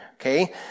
okay